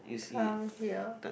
come here